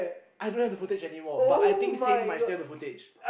I don't have the footage anymore but I think Sein might still have the footage